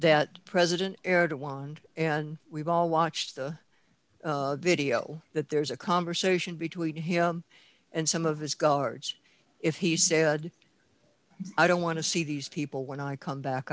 that president erred wand and we've all watched the video that there's a conversation between him and some of his guards if he said i don't want to see these people when i come back